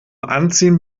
anziehen